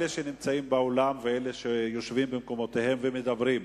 אלה שנמצאים באולם ואלה שיושבים במקומותיהם ומדברים,